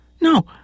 No